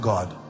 God